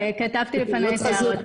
בקצרה.